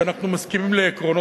כי אנחנו מסכימים לעקרונות,